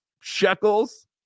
shekels